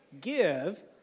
give